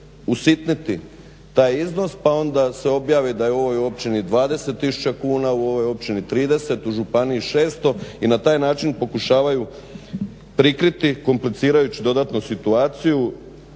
usitniti taj iznos pa onda se objavi da je u ovoj općini 20 tisuća kuna, u ovoj općini 30, u županiji 600 i na taj način pokušavaju prikriti komplicirajući dodatnu situaciju